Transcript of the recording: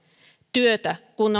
työtä kun